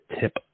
tip